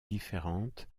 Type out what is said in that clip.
différente